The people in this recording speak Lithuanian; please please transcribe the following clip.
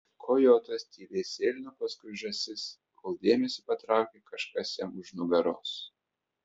kojotas tyliai sėlino paskui žąsis kol dėmesį patraukė kažkas jam už nugaros